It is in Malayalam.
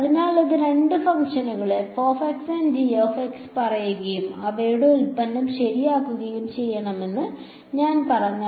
അതിനാൽ രണ്ട് ഫംഗ്ഷനുകൾ പറയുകയും അവയുടെ ഉൽപ്പന്നം ശരിയാക്കുകയും ചെയ്യണമെന്ന് ഞാൻ പറഞ്ഞാൽ